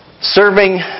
Serving